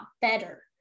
better